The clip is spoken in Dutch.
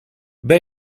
ben